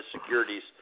Securities